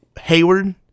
Hayward